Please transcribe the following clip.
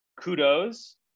kudos